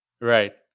Right